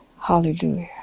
Hallelujah